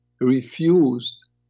refused